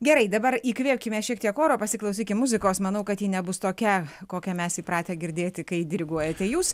gerai dabar įkvėpkime šiek tiek oro pasiklausykim muzikos manau kad ji nebus tokia kokią mes įpratę girdėti kai diriguojate jūs